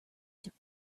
took